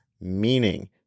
meaning